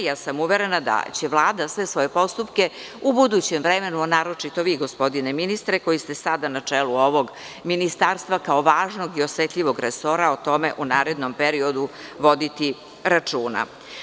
Uverena sam da će Vlada sve svoje postupke u budućem vremenu, a naročito vi gospodine ministre, koji ste sada na čelu ovog ministarstva kao važnog i osetljivog resora o tome u narednom periodu voditi računa.